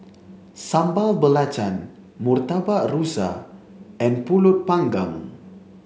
Sambal Belacan Murtabak Rusa and Pulut panggang